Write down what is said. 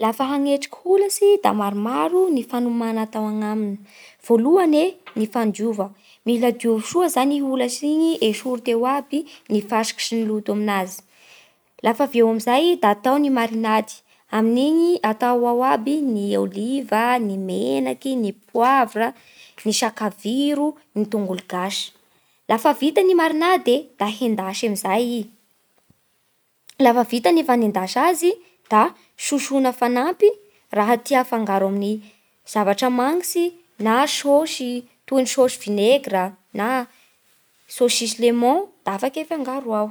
Lafa hanetriky holatsy da maromaro ny fanomana atao agnaminy. Voalohany e ny fandiova: mila diovy soa zany i holatsy igny esory teo aby ny fasiky sy ny loto amignazy; lafaveo amin'izay da atao ny marinady amin'igny atao ao aby ny ôliva, ny menaky, ny poavra, ny sakaviro, ny tongolo gasy. Lafa vita ny marinady e da endasy amin'izay i. Lafa vita ny fanendasa azy da sosona fanampy raha tia afangaro amin'ny zavatra manitsy na sôsy toy ny sôsy vinegra na saosisy lemon da afaky afangaro ao.